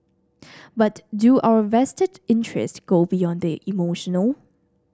but do our vested interest go beyond the emotional